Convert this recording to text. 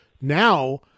now